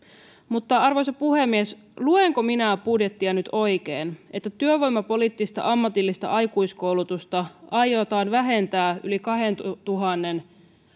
mutta arvoisa puhemies luenko minä budjettia nyt oikein että työvoimapoliittista ammatillista aikuiskoulutusta aiotaan vähentää yli kahdentuhannen